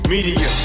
Media